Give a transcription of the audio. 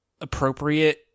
appropriate